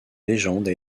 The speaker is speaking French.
légende